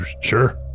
Sure